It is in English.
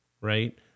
right